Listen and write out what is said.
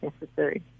necessary